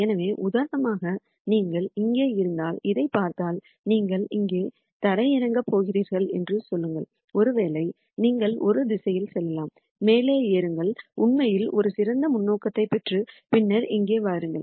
எனவே உதாரணமாக நீங்கள் இங்கே இருந்தால் இதைப் பார்த்தால் நீங்கள் இங்கே தரையிறங்கப் போகிறீர்கள் என்று சொல்லுங்கள் ஒருவேளை நீங்கள் இந்த திசையில் செல்லலாம் மேலே ஏறுங்கள் உண்மையில் ஒரு சிறந்த முன்னோக்கைப் பெற்று பின்னர் இங்கே வாருங்கள்